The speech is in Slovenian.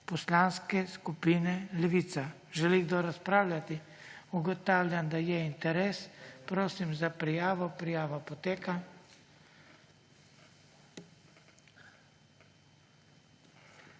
Poslanske skupine Levica. Želi kdo razpravljati? Ugotavljam, da je interes. Prosim za prijavo. Prijava poteka.